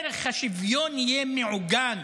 שוויון, ערך השוויון יהיה מעוגן.